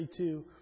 32